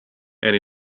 and